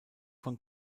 von